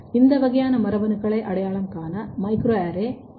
இந்த வகையான மரபணுக்களை அடையாளம் காண மைக்ரோஅரே ஆர்